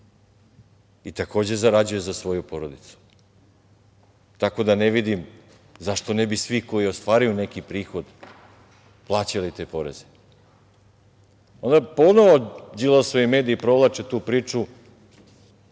i takođe zarađuje za svoju porodicu, tako da ne vidim zašto ne bi svi koji ostvaruju neki prihod plaćali te poreze. Ponovo Đilasovi mediji provlače tu priču